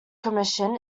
commission